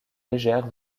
légère